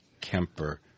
Kemper